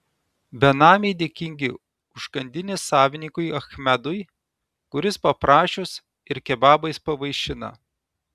benamiai dėkingi užkandinės savininkui achmedui kuris paprašius ir kebabais pavaišina